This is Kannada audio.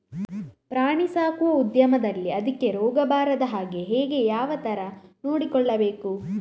ಪ್ರಾಣಿ ಸಾಕುವ ಉದ್ಯಮದಲ್ಲಿ ಅದಕ್ಕೆ ರೋಗ ಬಾರದ ಹಾಗೆ ಹೇಗೆ ಯಾವ ತರ ನೋಡಿಕೊಳ್ಳಬೇಕು?